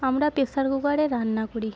আমরা প্রেসার কুকারে রান্না করি